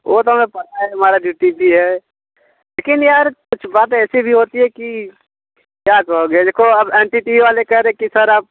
वो तो हमें पता है तुम्हारा ड्यूटी भी है लेकिन यार कुछ बात ऐसी भी होती है कि क्या कहूँ अब ये देखो अब एन टी टी वाले कह रहे कि सर आप